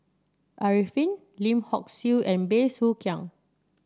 Arifin Lim Hock Siew and Bey Soo Khiang